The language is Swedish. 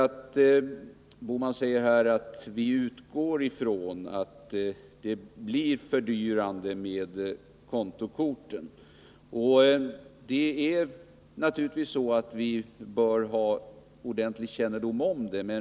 Gösta Bohman säger att man utgår från att kontokorten innebär fördyringar. Naturligtvis bör vi ha en ordentlig kännedom om detta.